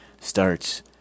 starts